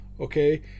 Okay